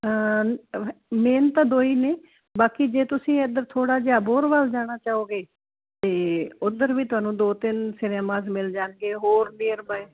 main ਤਾਂ ਦੋ ਹੀ ਨੇ ਬਾਕੀ ਜੇ ਤੁਸੀਂ ਇਧਰ ਥੋੜਾ ਜਿਹਾ ਆਬੋਹਰ ਵੱਲ ਜਾਣਾ ਚਾਹੋਗੇ ਤੇ ਉਧਰ ਵੀ ਤੁਹਾਨੂੰ ਦੋ ਤਿੰਨ ਸਿਨੇਮਾ ਮਿਲ ਜਾਣਗੇ ਹੋਰ ਮਿਹਰਬਾਨੀ